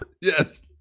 Yes